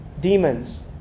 demons